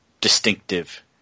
distinctive